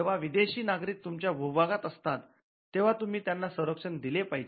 जेव्हा विदेशी नागरिक तुमच्या भूभागात असतात तेंव्हा तुम्ही त्यांना संरक्षण दिले पाहिजे